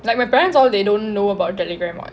like my parents all they don't know about Telegram what